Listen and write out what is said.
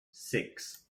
six